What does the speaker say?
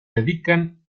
dedican